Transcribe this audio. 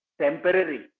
temporary